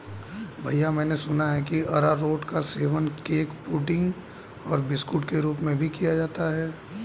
भैया मैंने सुना है कि अरारोट का सेवन केक पुडिंग और बिस्कुट के रूप में किया जाता है